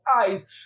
eyes